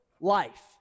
life